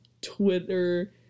Twitter